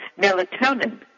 melatonin